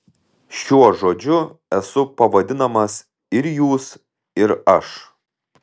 šiuo žodžiu esu pavadinamas ir jūs ir aš